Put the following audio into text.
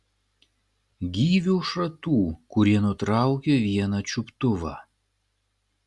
gyvių šratų kurie nutraukė vieną čiuptuvą